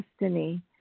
destiny